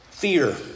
Fear